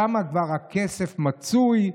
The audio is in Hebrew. שם כבר הכסף מצוי,